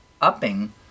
upping